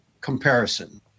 comparison